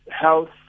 health